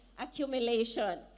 Accumulation